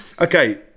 Okay